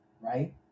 right